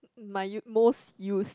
m~ my u~ most used